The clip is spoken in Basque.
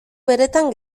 beretan